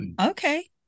Okay